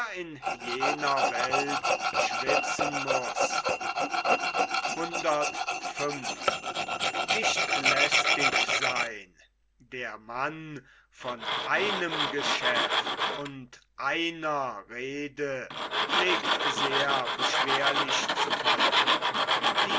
in jener welt schwitzen muß der mann von einem geschäft und einer rede pflegt sehr beschwerlich zu fallen